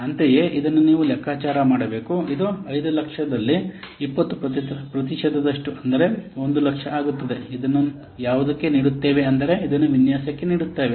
ಅಂತೆಯೇ ಇದನ್ನು ನೀವು ಲೆಕ್ಕಾಚಾರ ಮಾಡಬೇಕು ಇದು 500000 ರಲ್ಲಿ 20 ಪ್ರತಿಶತದಷ್ಟು ಅಂದರೆ 100000 ಆಗುತ್ತದೆ ಅದನ್ನು ಯಾವುದಕ್ಕೆ ನೀಡುತ್ತದೆ ಅಂದರೆ ಅದನ್ನು ವಿನ್ಯಾಸಕ್ಕೆ ನೀಡುತ್ತದೆ